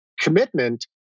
commitment